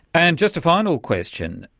and just a final question,